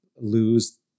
lose